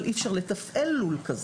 אבל אי אפשר לתפעל לול כזה.